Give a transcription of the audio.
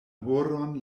horon